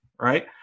Right